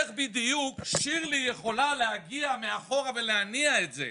איך בדיוק שירלי יכולה להגיע מאחור ולהניע את זה?